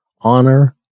honor